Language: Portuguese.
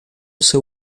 seu